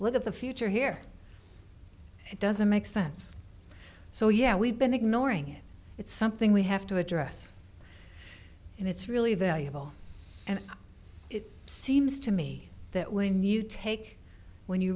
look at the future here it doesn't make sense so yeah we've been ignoring it it's something we have to address and it's really valuable and it seems to me that when you take when you